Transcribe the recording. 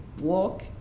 walk